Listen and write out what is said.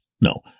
no